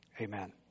Amen